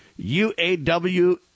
UAW